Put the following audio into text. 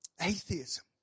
Atheism